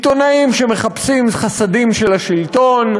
עיתונאים שמחפשים חסדים של השלטון.